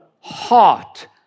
heart